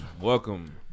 Welcome